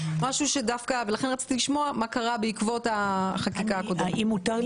לכן רציתי לשמוע מה קרה בעקבות החקיקה הקודמת.